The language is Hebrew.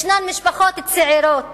יש משפחות צעירות